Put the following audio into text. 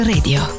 Radio